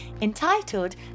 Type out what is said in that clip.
entitled